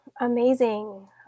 amazing